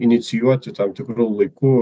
inicijuoti tam tikru laiku